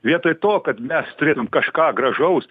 vietoj to kad mes turėtume kažką gražaus